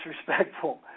disrespectful